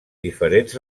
diferents